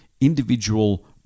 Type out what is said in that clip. individual